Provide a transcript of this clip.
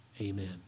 Amen